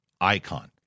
icon